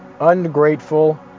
ungrateful